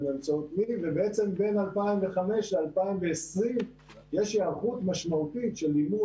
ובעצם בין 2005 ל-2020 יש היערכות משמעותית של לימוד,